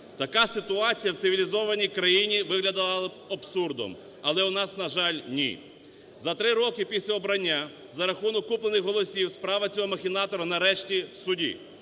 Така ситуація в цивілізованій країні виглядала б абсурдом, але у нас, на жаль, ні. За 3 роки після обрання за рахунок куплених голосів справа цього махінатора нарешті в суді.